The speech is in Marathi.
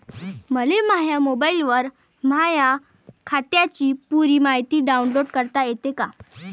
मले माह्या मोबाईलवर माह्या खात्याची पुरी मायती डाऊनलोड करता येते का?